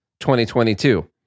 2022